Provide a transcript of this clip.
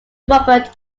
robert